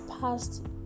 past